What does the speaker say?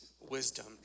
wisdom